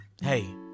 Hey